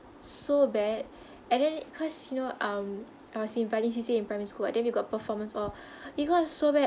so bad and then cause you know um I was in violin C_C_A in primary school I think we got performance all it got so bad